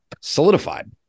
solidified